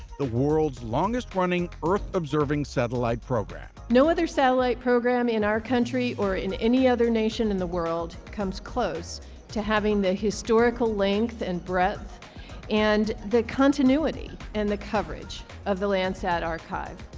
the world's longest-running, earth-observing satellite program. no other satellite program in our country or in any other nation in the world comes close to having the historical length and breadth and the continuity in and the coverage of the landsat archive.